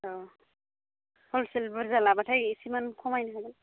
औ हलसेल बुरजा लाबाथाय इसे मान खमायनो हागोन